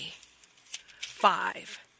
Five